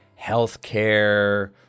healthcare